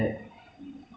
管他管他